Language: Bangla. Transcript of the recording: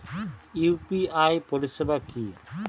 ইউ.পি.আই পরিসেবা কি?